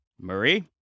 Marie